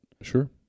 Sure